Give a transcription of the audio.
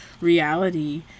reality